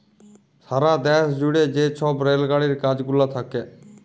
সারা দ্যাশ জুইড়ে যে ছব রেল গাড়ির কাজ গুলা থ্যাকে